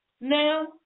Now